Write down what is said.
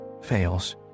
fails